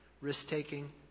risk-taking